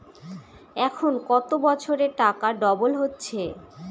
এখন কত বছরে টাকা ডবল হচ্ছে?